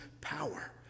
power